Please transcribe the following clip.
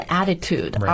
attitude